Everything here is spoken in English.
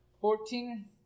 Fourteen